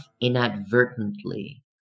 inadvertently